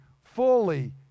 fully